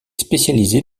spécialisé